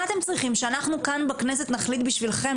מה אתם צריכים, שאנחנו כאן בכנסת נחליט בשבילכם?